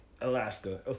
Alaska